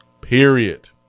Period